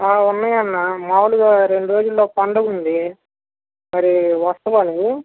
ఆ ఉన్నాయి అన్న మామూలుగా రెండు రోజుల్లో పండగ ఉంది మరి వస్తావా నువ్వు